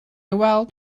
weld